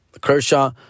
Kershaw